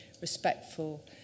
respectful